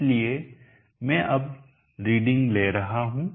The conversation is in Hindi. इसलिए मैं अब रीडिंग ले रहा हूं